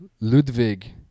Ludwig